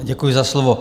Děkuji za slovo.